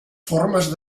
formes